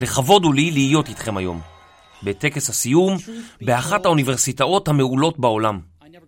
לכבוד הוא לי להיות איתכם היום בטקס הסיום באחת האוניברסיטאות המעולות בעולם